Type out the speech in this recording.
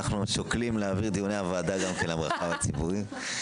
אנחנו שוקלים להעביר את דיוני הוועדה גם כן למרחב הציבורי.